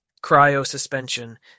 cryo-suspension